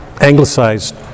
anglicized